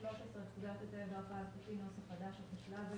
לפקודת הטלגרף האלחוטי (נוסח חדש),